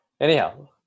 Anyhow